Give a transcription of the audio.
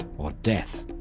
or death,